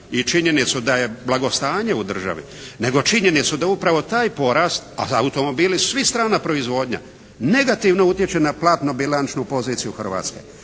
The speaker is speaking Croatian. i činjenicu da je blagostanje u državi, nego činjenicu da je upravo taj porast, pa automobili su svi strana proizvodnja, negativno utječe na platno bilančnu poziciju Hrvatske.